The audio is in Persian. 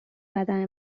بدن